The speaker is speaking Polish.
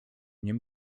nim